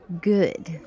good